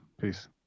Peace